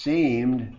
Seemed